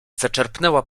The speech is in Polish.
zaczerpnęła